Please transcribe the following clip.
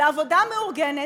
לעבודה המאורגנת,